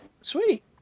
Sweet